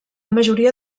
majoria